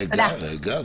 רגע,